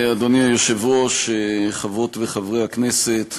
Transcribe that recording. אדוני היושב-ראש, תודה, חברות וחברי הכנסת,